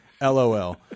LOL